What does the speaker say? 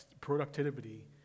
productivity